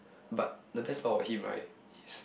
but the best part about him right is